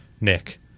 Nick